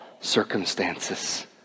circumstances